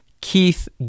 Keith